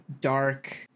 dark